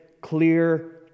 clear